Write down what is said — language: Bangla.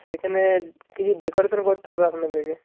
সেইখানে কিছু ডেকোরেশন করতে হবে আপনাদেরকে